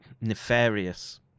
nefarious